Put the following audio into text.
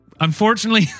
Unfortunately